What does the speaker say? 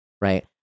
Right